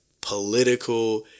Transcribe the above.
political